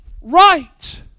right